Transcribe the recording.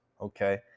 okay